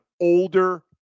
older